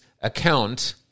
account